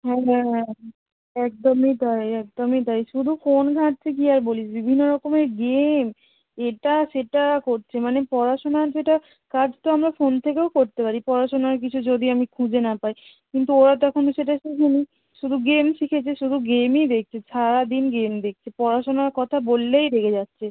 হ্যাঁ হ্যাঁ একদমই তাই একদমই তাই শুধু ফোন ঘাটছে কী আর বলবি বিভিন্ন রকমের গেম এটা সেটা করছে মানে পড়াশোনার যেটা কাজ তো আমরা ফোন থেকেও করতে পারি পড়াশোনার কিছু যদি আমি খুঁজে না পাই কিন্তু ওরা তো এখনো সেটা শেখে নি শুধু গেম শিখেছে শুধু গেমই দেখছে সারা দিন গেম দেখছে পড়াশোনার কথা বললেই রেগে যাচ্ছে